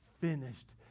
finished